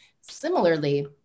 Similarly